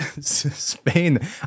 Spain